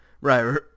Right